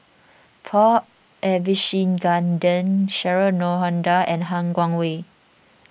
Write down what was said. Paul Abisheganaden Cheryl Noronha and Han Guangwei